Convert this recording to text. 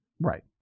Right